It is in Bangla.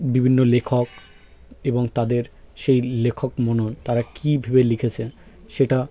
বিভিন্ন লেখক এবং তাদের সেই লেখক মনন তারা কী ভেবে লিখেছে সেটা